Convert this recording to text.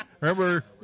Remember